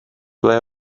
ble